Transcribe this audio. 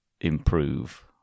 improve